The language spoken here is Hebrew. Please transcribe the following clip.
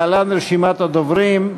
להלן רשימת הדוברים: